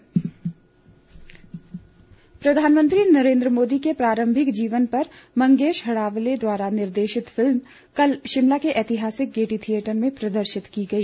film प्रधानमंत्री नरेन्द्र मोदी के प्रारम्भिक जीवन पर मंगेश हड़ावले द्वारा निर्देशित फिल्म कल शिमला के ऐतिहासिक गेयटी थियेटर में प्रदर्शित की गई